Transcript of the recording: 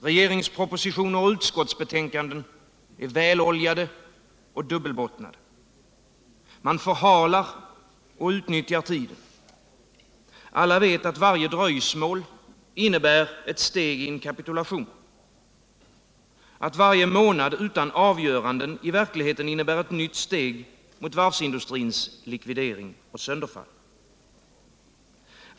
Regeringspropositioner och utskottsbetänkanden är väloljade och dubbelbottnade. Man förhalar och utnyttjar tiden. Alla vet, att varje dröjsmål innebär ett steg mot kapitulation, att varje månad utan avgöranden i verkligheten innebär ett nytt steg mot varvsindustrins likvidering och sönderfall.